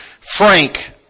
frank